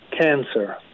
cancer